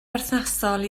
berthnasol